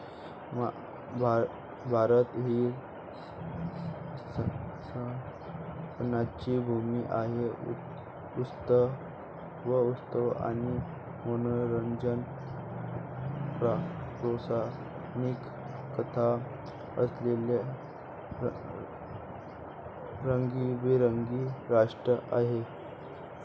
भारत ही सणांची भूमी आहे, उत्सव आणि मनोरंजक पौराणिक कथा असलेले रंगीबेरंगी राष्ट्र आहे